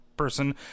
person